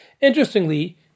Interestingly